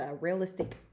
realistic